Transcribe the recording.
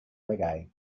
reggae